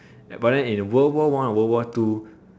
but then in world war one or world war two